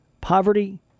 Poverty